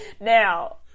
Now